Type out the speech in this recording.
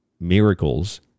miracles